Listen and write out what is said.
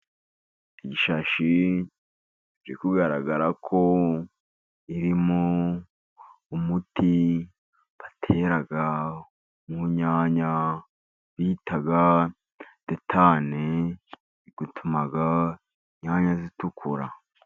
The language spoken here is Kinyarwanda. Ishashi iri kugaragara ko irimo umuti batera mu nyanya, bita detane, utuma inyanya zitukura.